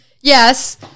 Yes